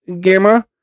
gamma